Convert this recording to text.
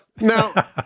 now